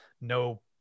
no